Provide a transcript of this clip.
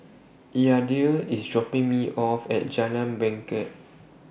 Yadiel IS dropping Me off At Jalan Bangket